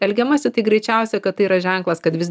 elgiamasi tai greičiausia kad tai yra ženklas kad vis